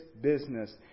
business